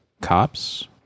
cops